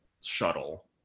shuttle